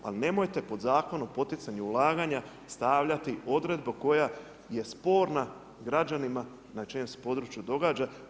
Ali nemojte pod Zakon o poticanju ulaganja stavljati odredbu koja je sporna građanima na čijem se području događa.